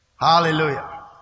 Hallelujah